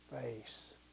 face